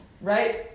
Right